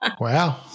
Wow